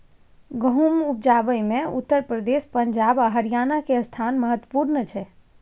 गहुम उपजाबै मे उत्तर प्रदेश, पंजाब आ हरियाणा के स्थान महत्वपूर्ण छइ